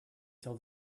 till